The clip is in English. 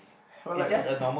or like